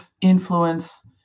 influence